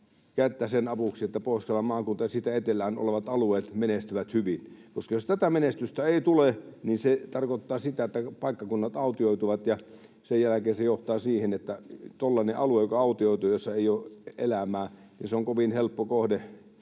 kättä sen avuksi, että Pohjois-Karjalan maakunta ja siitä etelään olevat alueet menestyvät hyvin. Koska jos tätä menestystä ei tule, niin se tarkoittaa sitä, että paikkakunnat autioituvat ja sen jälkeen se johtaa siihen, että tuollainen alue, joka autioituu ja jossa ei ole elämää, on kovin helppo kohde